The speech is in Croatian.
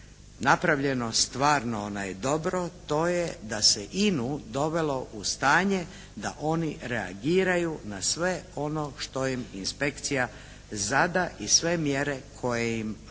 napravljeno stvarno dobro to je da se INA-u dovelo u stanje da oni reagiraju na sve ono što im inspekcija zada i sve mjere koje im propiše.